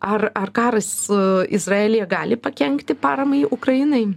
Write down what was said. ar ar karas izraelyje gali pakenkti paramai ukrainai